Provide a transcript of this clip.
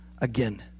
again